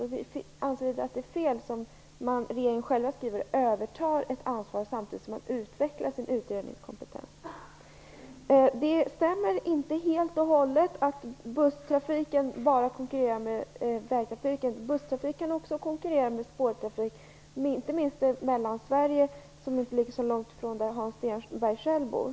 Vi anser att det är fel att verket, som regeringen också skriver, övertar ett ansvar samtidigt som de utvecklar sin utövningskompetens. Det stämmer inte helt och hållet att busstrafiken bara konkurrerar med vägtrafiken. Busstrafiken konkurrerar också med spårtrafik, inte minst i Mellansverige, inte långt ifrån där Hans Stenberg själv bor.